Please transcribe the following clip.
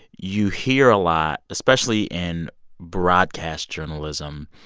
you hear a lot, especially in broadcast journalism,